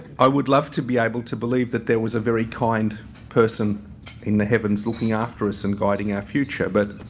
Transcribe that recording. i would love to be able to believe that there was a very kind person in the heavens looking after us and guiding our future. but,